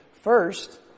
First